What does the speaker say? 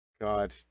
God